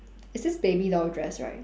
it's this baby doll dress right